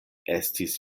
estis